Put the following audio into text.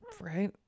right